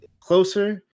closer